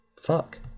fuck